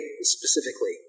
specifically